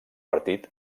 partit